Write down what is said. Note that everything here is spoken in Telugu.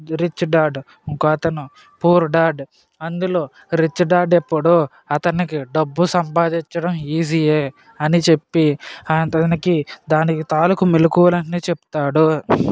రిచ్ డాడ్ ఇంకో అతను పూర్ డాడ్ అందులో రిచ్ డాడ్ ఎప్పుడు అతనికి డబ్బు సంపాదించడం ఈజీఏ అని చెప్పి తనకి దానికి తాలూకు మెలుకువలన్నీ చెప్తాడు